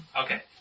Okay